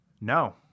No